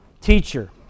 teacher